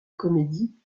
comédie